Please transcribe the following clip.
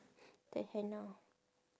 the henna